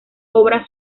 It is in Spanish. obra